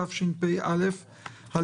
התשפ"א-2021.